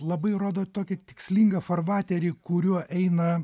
labai rodo tokį tikslingą farvaterį kuriuo eina